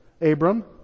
Abram